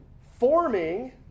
forming